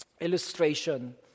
illustration